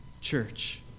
Church